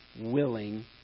Willing